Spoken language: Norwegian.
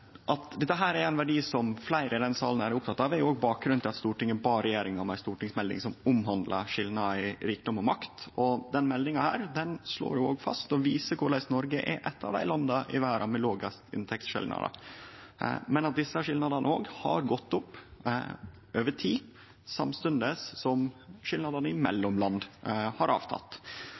At dette er ein verdi som fleire i denne salen er opptekne av, er òg bakgrunnen for at Stortinget bad regjeringa om ei stortingsmelding som omhandlar skilnader i rikdom og makt. Denne meldinga slår òg fast og viser korleis Noreg er eit av landa med dei lågaste inntektsskilnadene i verda, men at desse skilnadene har auka over tid, samstundes som skilnadene mellom land har minka. Noreg er blant dei landa i verda med høgast levestandard, høgast livskvalitet og